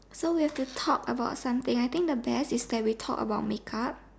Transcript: so we'll have to talk about something I think the best is that we talk about make up